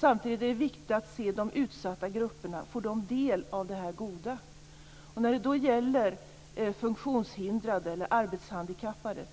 Samtidigt är det viktigt att se till de utsatta grupperna. Får de del av det goda? Vi har studerat situationen för funktionshindrade och arbetshandikappade.